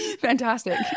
Fantastic